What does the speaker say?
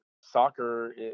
soccer